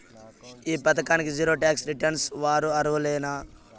ఈ పథకానికి zero tax returns వారు అర్హులేనా లేనా?